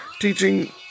teaching